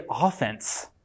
offense